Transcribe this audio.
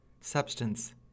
substance